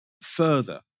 further